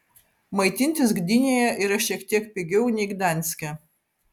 maitintis gdynėje yra šiek tiek pigiau nei gdanske